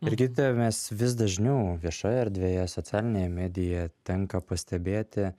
jurgita tai mes vis dažniau viešojoj erdvėje socialinėje medijoje tenka pastebėti